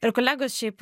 ir kolegos šiaip